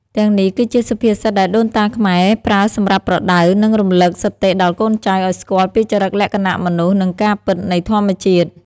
ទាំងនេះគឺជាសុភាសិតដែលដូនតាខ្មែរប្រើសម្រាប់ប្រដៅ និងរំលឹកសតិដល់កូនចៅឱ្យស្គាល់ពីចរិតលក្ខណៈមនុស្ស និងការពិតនៃធម្មជាតិ។